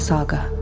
Saga